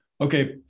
Okay